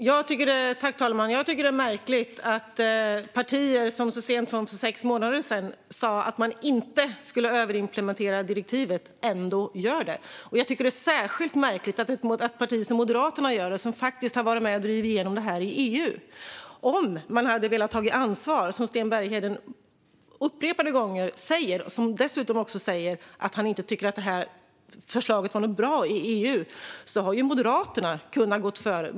Herr talman! Jag tycker att det är märkligt att partier som så sent som för sex månader sedan sa att man inte skulle överimplementera direktivet ändå gör det. Och jag tycker att det är särskilt märkligt att ett parti som Moderaterna gör det, som faktiskt har varit med och drivit igenom detta i EU. Om man hade velat ta ansvar - det säger Sten Bergheden upprepade gånger, och han säger dessutom att han inte tycker att detta förslag var något bra i EU - hade Moderaterna kunnat gå före.